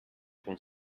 con